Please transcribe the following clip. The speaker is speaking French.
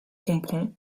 comprends